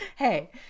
Hey